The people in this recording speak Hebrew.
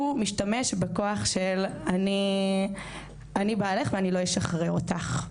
משתמש בכוח של אני בעלך ואני לא אשחרר אותך.